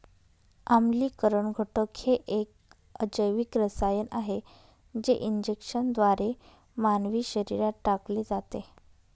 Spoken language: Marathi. आम्लीकरण घटक हे एक अजैविक रसायन आहे जे इंजेक्शनद्वारे मानवी शरीरात टाकले जाते